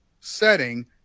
setting